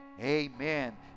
amen